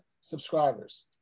subscribers